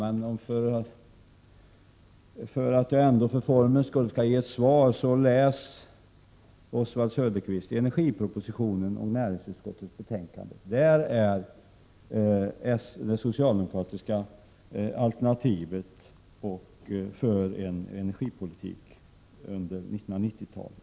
Men för ordningens skull skall jag ge ett svar: Läs energipropositionen och näringsutskottets betänkande! Där kan man läsa om det socialdemokratiska alternativet i energipolitiken under 1990-talet.